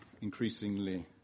increasingly